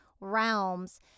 realms